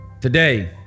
Today